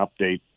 update